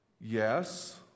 Yes